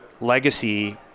legacy